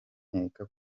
nkeka